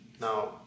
now